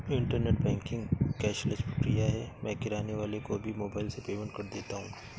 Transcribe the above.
internet banking cashless प्रक्रिया है मैं किराने वाले को भी मोबाइल से पेमेंट कर देता हूँ